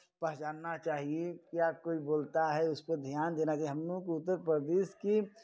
पहचानना चाहिए क्या कोई बोलता है उसपे ध्यान देना चाहये हम लोगों की उत्तर प्रदेश की